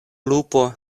lupo